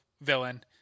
villain